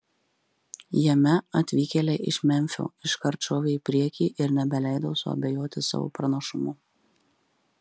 jame atvykėliai iš memfio iškart šovė į priekį ir nebeleido suabejoti savo pranašumu